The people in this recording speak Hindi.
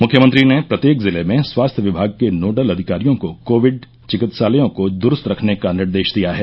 मुख्यमंत्री ने प्रत्येक जिले में स्वास्थ्य विमाग के नोडल अधिकारियों को कोविड चिकित्सालयों को दुरूस्त रखने का निर्देश दिया है